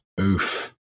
Oof